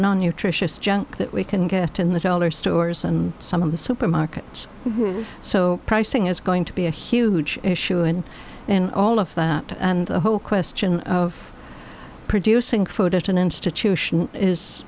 non nutritious junk that we can get in the dollar stores and some of the supermarkets so pricing is going to be a huge issue and all of that and the whole question of producing food at an institution